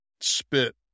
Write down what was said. spit